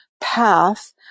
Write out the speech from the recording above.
path